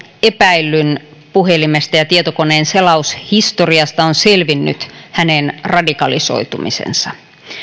epäillyn puhelimesta ja tietokoneen selaushistoriasta on selvinnyt hänen radikalisoitumisensa